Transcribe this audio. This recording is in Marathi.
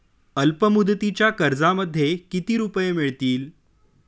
अल्पमुदतीच्या कर्जामध्ये किती रुपये मिळतील?